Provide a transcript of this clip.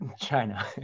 China